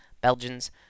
Belgians